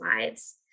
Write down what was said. lives